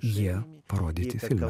jie parodyti filme